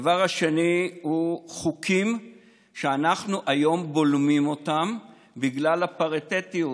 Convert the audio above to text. הדבר השני הוא חוקים שהיום אנחנו בולמים אותם בגלל הפריטטיות,